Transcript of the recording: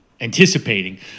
anticipating